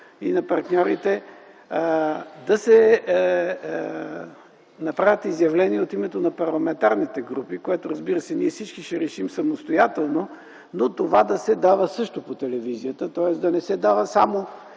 и на партньорите, да се направят изявления от името на парламентарните групи, което, разбира се, всички ние ще решим самостоятелно, но това да се дава също по телевизията, тоест да не се дава само